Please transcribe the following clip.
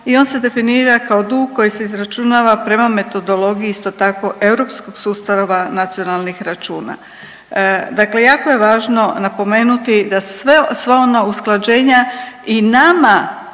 i on se definira kao dug koji se izračunava prema metodologiji isto tako europskog sustava nacionalnih računa. Dakle, jako je važno napomenuti da sva ona usklađenja i nama